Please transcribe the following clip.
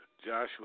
Joshua